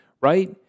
right